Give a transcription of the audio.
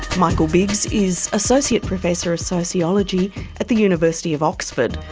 michael biggs is associate professor of sociology at the university of oxford.